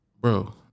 Bro